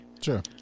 Sure